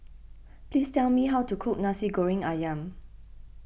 please tell me how to cook Nasi Goreng Ayam